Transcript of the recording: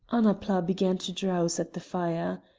annapla began to drowse at the fire.